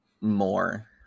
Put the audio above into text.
More